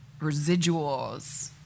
residuals